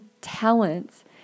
talents